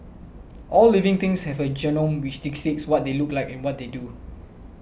all living things have a genome which dictates what they look like and what they do